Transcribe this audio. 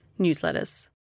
newsletters